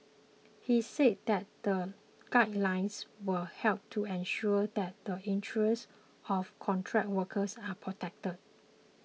he said that the guidelines will help to ensure that the interests of contract workers are protected